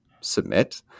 submit